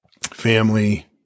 family